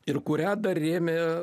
ir kurią dar rėmė